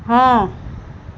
ہاں